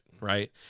Right